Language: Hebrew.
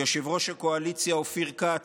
ליושב-ראש הקואליציה אופיר כץ,